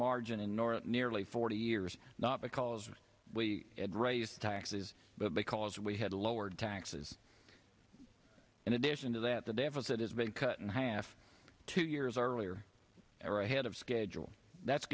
north nearly forty years not because we had raised taxes but because we had lowered taxes in addition to that the deficit has been cut in half two years earlier or ahead of schedule that's